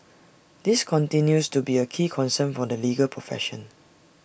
this continues to be A key concern for the legal profession